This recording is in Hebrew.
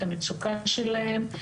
את המצוקה שלהם.